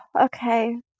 Okay